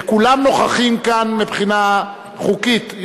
שכולם נוכחים כאן מבחינה חוקית,